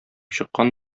чыккан